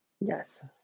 Yes